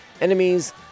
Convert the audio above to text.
enemies